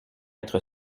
être